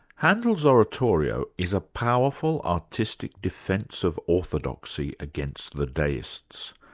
handel's oratorio is a powerful, artistic defence of orthodoxy against the deists.